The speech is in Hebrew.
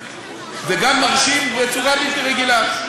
וגם מרשים בצורה בלתי רגילה.